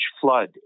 flood